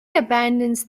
abandons